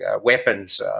weapons